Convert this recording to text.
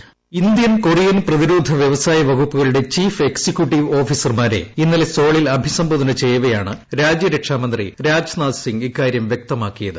hold Indian Korean പ്രതിരോധ വ്യവസായ വകുപ്പുകളുടെ ചീഫ് എക്സിക്യൂട്ടീവ് ഓഫീസർമാരെ ഇന്നലെ സോളിൽ അഭിസംബോധന ചെയ്യവേയാണ് രാജ്യരക്ഷാ മന്ത്രി രാജ്നാഥ് സിംഗ് ഇക്കാര്യം വൃക്തമാക്കിയത്